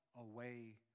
away